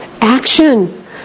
action